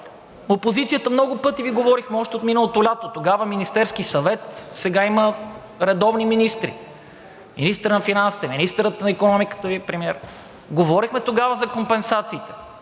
Опозицията много пъти Ви говорихме, още от миналото лято. Тогава Министерският съвет – сега има редовни министри – министърът на финансите, министърът на икономиката Ви е премиер. Говорихме тогава за компенсациите.